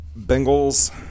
Bengals